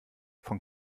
von